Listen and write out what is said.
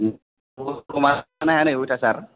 गरमआनो थानो हाया नै अयथासार